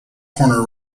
corner